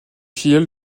filiale